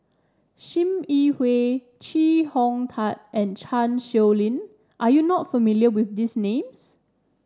Sim Yi Hui Chee Hong Tat and Chan Sow Lin are you not familiar with these names